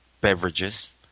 beverages